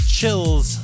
Chills